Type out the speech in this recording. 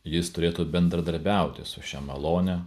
jis turėtų bendradarbiauti su šia malone